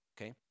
Okay